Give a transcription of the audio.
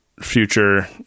future